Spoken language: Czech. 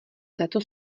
této